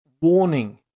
warning